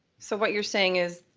so what you're saying is